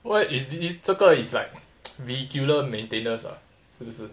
what is this 这个 is like vehicular maintenance ah 是不是